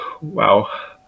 wow